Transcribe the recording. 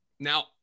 Now